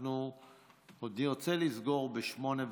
אני רוצה לסגור ב-20:30.